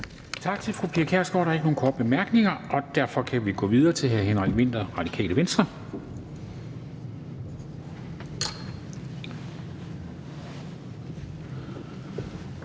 Tak til fru Pia Kjærsgaard. Der er ikke nogen korte bemærkninger, og derfor kan vi gå videre til hr. Henrik Vinther, Radikale Venstre.